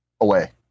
away